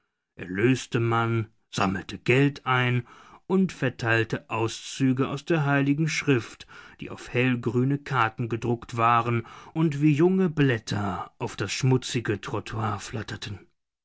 erlöste man sammelte geld ein und verteilte auszüge aus der heiligen schrift die auf hellgrüne karten gedruckt waren und wie junge blätter auf das schmutzige trottoir flatterten